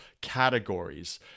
categories